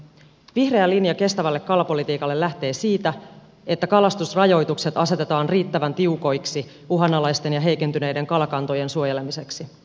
vihreä linja kestävälle kalapolitiikalle lähtee siitä että kalastusrajoitukset asetetaan riittävän tiukoiksi uhanalaisten ja heikentyneiden kalakantojen suojelemiseksi